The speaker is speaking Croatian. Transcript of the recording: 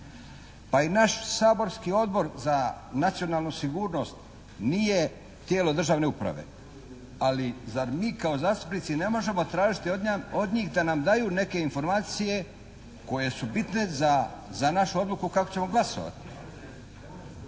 Pa i naš saborski Odbor za nacionalnu sigurnost nije tijelo državne uprave, ali zar mi kao zastupnici ne možemo tražiti od njih da nam daju neke informacije koje su bitne za našu odluku kako ćemo glasovati.